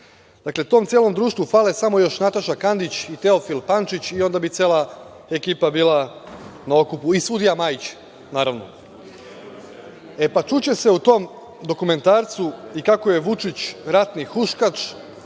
Dakle, tom celom društvu fale samo još Nataša Kandić i Teofil Pančić i onda bi cela ekipa bila na okupu i sudija Majić, naravno.E, pa, čuće se u tom dokumentarcu i kako je Vučić ratni huškač